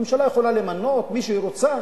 הממשלה יכולה למנות מי שהיא רוצה,